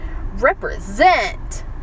represent